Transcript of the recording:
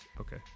okay